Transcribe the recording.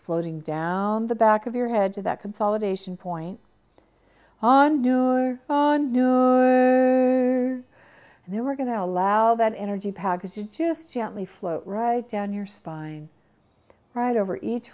floating down the back of your head to that consolidation point on do they were going to allow that energy packets just gently float right down your spine right over each